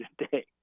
today